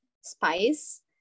spice